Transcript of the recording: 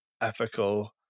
ethical